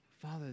Father